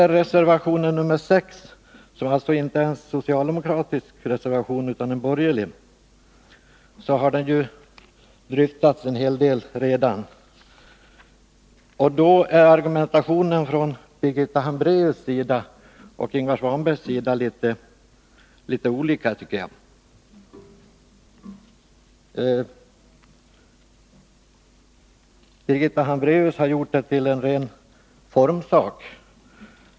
Reservation 6, som alltså inte är en socialdemokratisk reservation utan en borgerlig, har dryftats en hel del redan. Argumentationen från Birgitta Hambraeus och Ingvar Svanberg är litet olika, tycker jag. Birgitta Hambraeus har gjort det till en ren formsak.